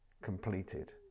completed